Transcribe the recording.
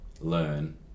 learn